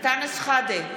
אנטאנס שחאדה,